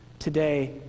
today